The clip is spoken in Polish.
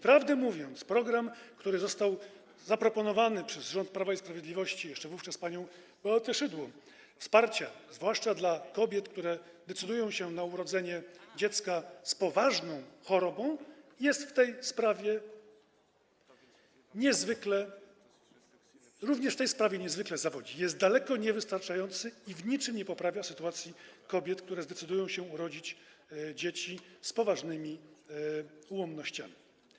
Prawdę mówiąc, program, który został zaproponowany przez rząd Prawa i Sprawiedliwości, wówczas jeszcze przez panią Beatę Szydło, wsparcia dla kobiet, które decydują się na urodzenie dziecka z poważną chorobą, w tej sprawie również niezwykle zawodzi, jest daleko niewystarczający i w niczym nie poprawia sytuacji kobiet, które zdecydują się urodzić dzieci z poważnymi ułomnościami.